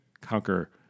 conquer